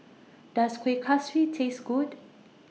Does Kueh Kaswi Taste Good